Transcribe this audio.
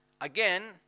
Again